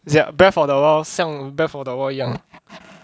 ya breath of the wild 像 breath of the wild 一样